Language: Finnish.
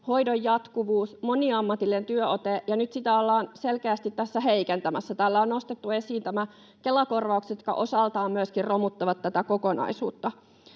hoidon jatkuvuus ja moniammatillinen työote. Nyt sitä ollaan selkeästi tässä heikentämässä. Täällä on nostettu esiin nämä Kela-korvaukset, jotka osaltaan myöskin romuttavat tätä kokonaisuutta.